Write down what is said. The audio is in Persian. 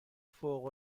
فوق